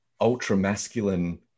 ultra-masculine